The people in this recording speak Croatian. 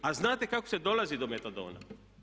A znate kako se dolazi do metadona?